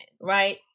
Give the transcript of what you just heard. right